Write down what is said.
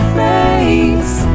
face